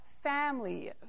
family